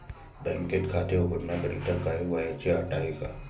बँकेत खाते उघडण्याकरिता काही वयाची अट आहे का?